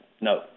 No